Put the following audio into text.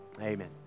Amen